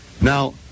now